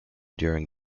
during